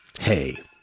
Hey